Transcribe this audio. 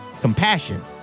Compassion